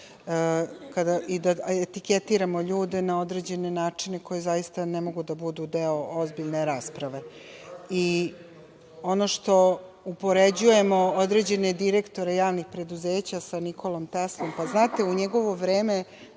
da etiketiramo ljude na određene načine koji zaista ne mogu da budu deo ozbiljne rasprave. Ono što upoređujemo određene direktore javnih preduzeća sa Nikolom Teslom, pa znate, u njegovo vreme